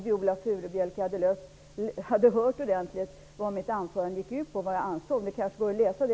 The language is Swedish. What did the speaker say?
Viola Furubjelke kan läsa protokollet sedan om hon inte hörde ordentligt vad jag sade.